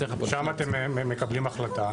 שם אתם מקבלים החלטה.